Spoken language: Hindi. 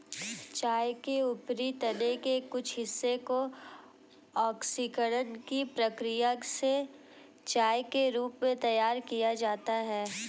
चाय के ऊपरी तने के कुछ हिस्से को ऑक्सीकरण की प्रक्रिया से चाय के रूप में तैयार किया जाता है